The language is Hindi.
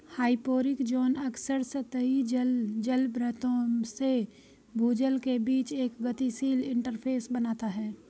हाइपोरिक ज़ोन अक्सर सतही जल जलभृतों से भूजल के बीच एक गतिशील इंटरफ़ेस बनाता है